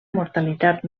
mortalitat